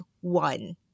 one